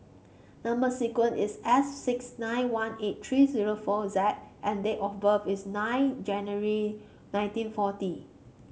number sequence is S six nine one eight three zero four Z and date of birth is nine January nineteen forty